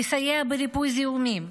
לסייע בריפוי זיהומים,